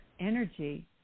energy